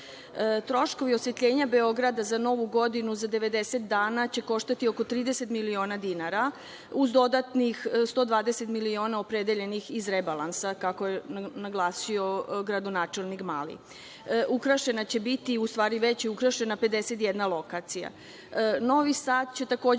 Vučiću. Troškovi osvetljenja Beograda za Novu godinu za 90 dana će koštati oko 30 miliona dinara, uz dodatnih 120 miliona opredeljenih iz rebalansa, kako je naglasio gradonačelnik Mali. Već je ukrašena 51 lokacija. Novi Sad će takođe